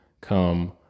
come